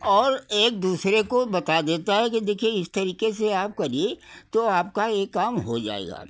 और एक दूसरे को बता देता है कि देखिए इस तरीके से आप करिए तो आपका ये काम हो जाएगा